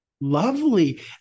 Lovely